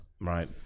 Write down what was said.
Right